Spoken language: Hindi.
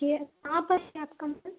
यह कहाँ पर है आपका